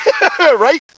Right